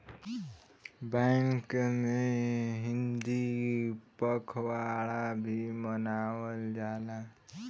bank में हिंदी पखवाड़ा भी मनावल जाला